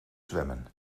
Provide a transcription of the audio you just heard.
zwemmen